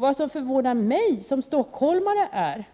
Vad som förvånar mig som stockholmare är